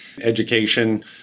education